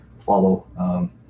Follow